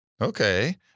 Okay